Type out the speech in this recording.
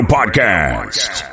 Podcast